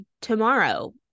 tomorrow